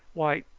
why,